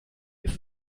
ist